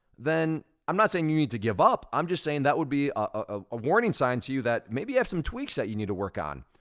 then i'm not saying you need to give up. i'm just saying that would be a warning sign to you that maybe you have some tweaks that you need to work on,